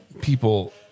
people